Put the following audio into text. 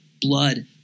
blood